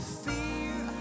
fear